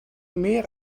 meer